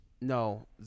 No